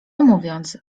mówiąc